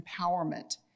empowerment